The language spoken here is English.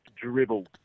dribble